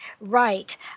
Right